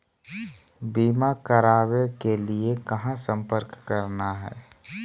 बीमा करावे के लिए कहा संपर्क करना है?